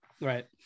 right